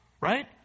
Right